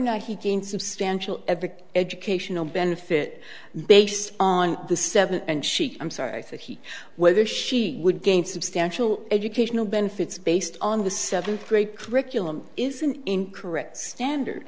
not he gained substantial every educational benefit based on the seven and she i'm sorry i thought he whether she would gain substantial educational benefits based on the seventh grade curriculum is an incorrect standard